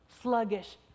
Sluggish